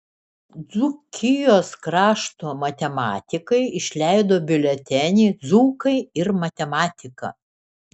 dzūkijos krašto matematikai išleido biuletenį dzūkai ir matematika